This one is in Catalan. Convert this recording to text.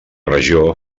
regió